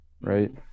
right